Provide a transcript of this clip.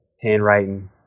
handwriting